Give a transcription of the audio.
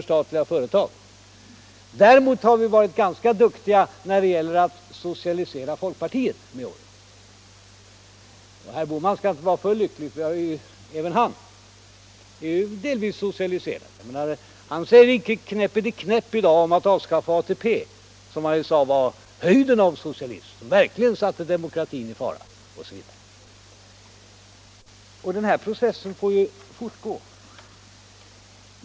Däremot har vi varit ganska duktiga när det gäller att socialisera folkpartiet med åren. Och herr Bohman skall inte vara för lycklig, för även han är ju delvis socialiserad. Han säger icke ett knäppeliknäpp i dag om att avskaffa ATP, som han ju tidigare sade var höjden av socialism och verkligen satte demokratin i fara osv. Den här processen får ju fortgå.